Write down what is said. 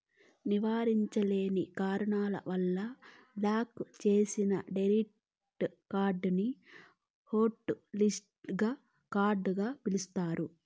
నివారించలేని కారణాల వల్ల బ్లాక్ చేసిన డెబిట్ కార్డుని హాట్ లిస్టింగ్ కార్డుగ పిలుస్తారు